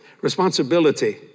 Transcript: Responsibility